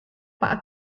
pak